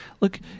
Look